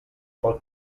pel